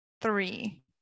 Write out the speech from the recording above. three